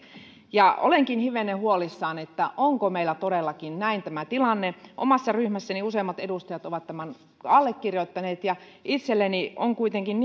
ja olenkin hivenen huolissani onko meillä todellakin näin tämä tilanne omassa ryhmässäni useammat edustajat ovat tämän allekirjoittaneet ja itselleni on kuitenkin